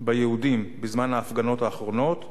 ביהודים בזמן ההפגנות האחרות.